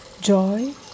joy